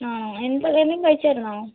ആ എന്ത് എന്തെങ്കിലും കഴിച്ചായിരുന്നോ